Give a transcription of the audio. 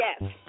Yes